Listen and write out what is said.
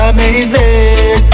Amazing